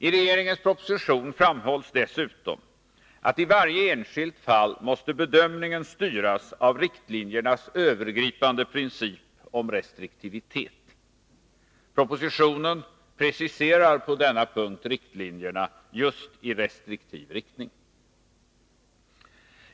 I regeringens proposition framhålls dessutom att bedömningen i varje enskilt fall måste styras av riktlinjernas övergripande princip om restriktivitet. Propositionen preciserar på denna punkt riktlinjerna just i restriktiv riktning.